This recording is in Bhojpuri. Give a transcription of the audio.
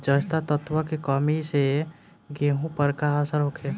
जस्ता तत्व के कमी से गेंहू पर का असर होखे?